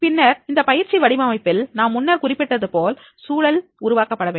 பின்னர் பயிற்சி வடிவமைப்பில் நான் முன்னர் குறிப்பிட்டதுபோல் கற்கும் சூழல் உருவாக்கப்பட வேண்டும்